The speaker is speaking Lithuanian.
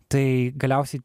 tai galiausiai